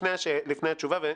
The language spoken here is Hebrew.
לפני התשובה,